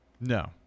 No